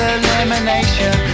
elimination